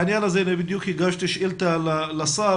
בדיוק הגשתי שאילתה בעניין הזה לשר,